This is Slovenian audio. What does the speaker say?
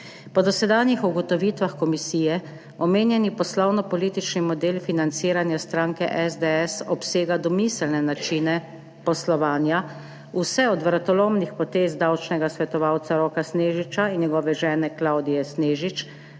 Po dosedanjih ugotovitvah komisije omenjeni poslovno-politični model financiranja stranke SDS obsega domiselne načine poslovanja, vse od vratolomnih potez davčnega svetovalca Roka Snežiča in njegove žene Klavdije Snežič